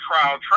trial